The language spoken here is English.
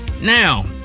Now